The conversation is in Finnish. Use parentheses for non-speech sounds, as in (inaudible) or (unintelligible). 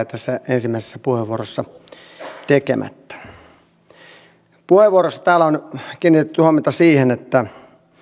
(unintelligible) tässä ensimmäisessä puheenvuorossa tekemättä puheenvuoroissa täällä on kiinnitetty huomiota siihen että